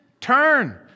Turn